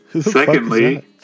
secondly